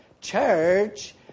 church